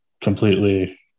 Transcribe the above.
completely